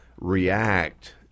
react